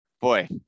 boy